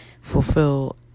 fulfill